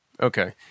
Okay